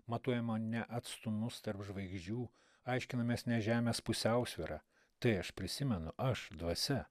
matuojama ne atstumus tarp žvaigždžių aiškinamės ne žemės pusiausvyrą tai aš prisimenu aš dvasia